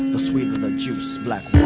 the sweeter and the juice. black